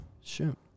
shoot